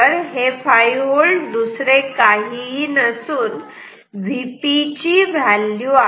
हे 5V दुसरे काहीही नसून Vp ची व्हॅल्यू आहे